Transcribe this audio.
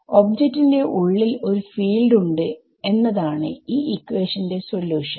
object ന്റെ ഉള്ളിൽ ഒരു ഫീൽഡ് ഉണ്ട് എന്നതാണ് ഈ ഇക്വാഷൻ ന്റെ സൊല്യൂഷൻ